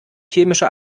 chemische